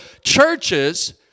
churches